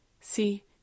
See